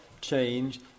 change